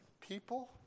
people